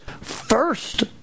first